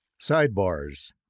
Sidebars